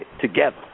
together